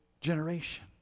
generation